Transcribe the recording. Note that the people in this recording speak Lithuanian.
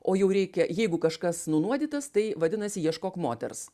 o jau reikia jeigu kažkas nunuodytas tai vadinasi ieškok moters